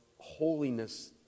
holiness